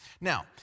Now